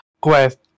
quest